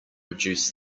reduce